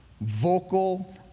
vocal